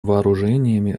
вооружениями